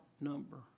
number